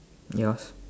yours